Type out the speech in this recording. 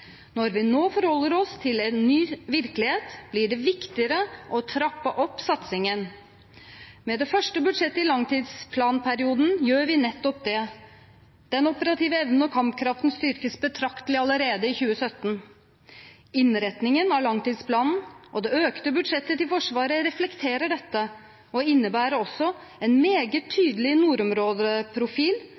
Når vi nå forholder oss til en ny virkelighet, blir det viktigere å trappe opp satsingen. Med det første budsjettet i langtidsplanperioden gjør vi nettopp det. Den operative evnen og kampkraften styrkes betraktelig allerede i 2017. Innretningen av langtidsplanen og det økte budsjettet til Forsvaret reflekterer dette og innebærer også en meget tydelig nordområdeprofil